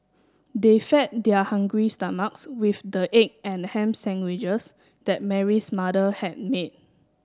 they fed their hungry stomachs with the egg and ham sandwiches that Mary's mother had made